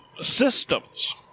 systems